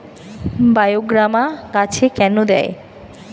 বায়োগ্রামা গাছে কেন দেয়?